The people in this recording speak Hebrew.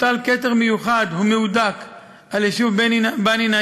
הוטל כתר מיוחד ומהודק על היישוב בני-נעים,